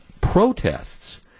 protests